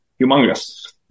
humongous